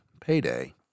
payday